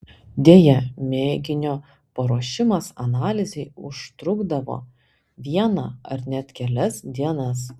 deja mėginio paruošimas analizei užtrukdavo vieną ar net kelias dienas